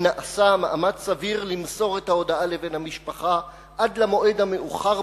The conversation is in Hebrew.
אם נעשה מאמץ סביר למסור את ההודעה לבן המשפחה עד למועד המאוחר